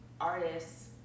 artists